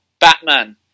Batman